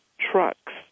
trucks